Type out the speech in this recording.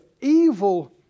evil